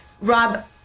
Rob